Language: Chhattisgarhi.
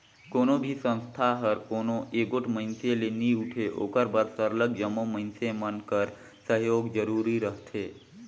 कोनो भी संस्था हर कोनो एगोट मइनसे ले नी उठे ओकर बर सरलग जम्मो मइनसे मन कर सहयोग जरूरी रहथे